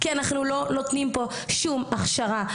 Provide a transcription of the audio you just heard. כי אנחנו לא נותנים פה שום הכשרה,